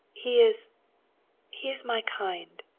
he is he is my kind,